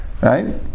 right